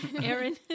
Aaron